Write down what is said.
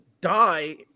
die